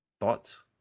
thoughts